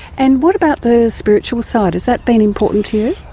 and what about the spiritual side? has that been important to you?